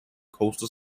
coastal